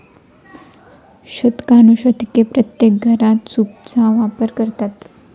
शतकानुशतके प्रत्येक घरात सूपचा वापर करतात